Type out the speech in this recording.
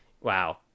wow